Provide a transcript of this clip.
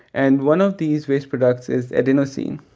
and one of these waste products is adenosine.